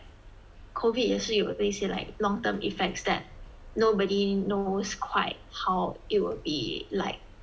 COVID 也是有一些 like long term effects that nobody knows quite how it will be like